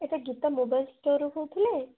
ଏଇଟା ଗୀତା ମୋବାଇଲ୍ ଷ୍ଟୋର୍ରୁ କହୁଥିଲେ